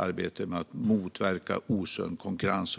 arbetet med att motverka osund konkurrens.